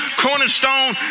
cornerstone